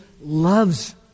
loves